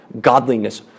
Godliness